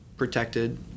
protected